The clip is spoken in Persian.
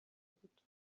بود